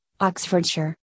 Oxfordshire